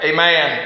Amen